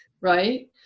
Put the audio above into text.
right